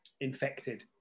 infected